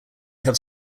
have